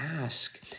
ask